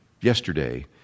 yesterday